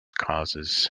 cases